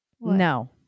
No